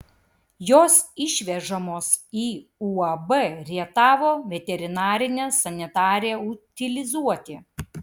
jos išvežamos į uab rietavo veterinarinę sanitariją utilizuoti